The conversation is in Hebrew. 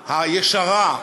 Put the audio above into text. הישרה,